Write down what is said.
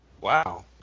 Wow